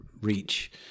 reach